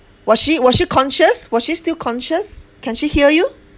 was she was she conscious was she still conscious can she hear you